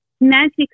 magic